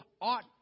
ought